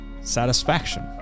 satisfaction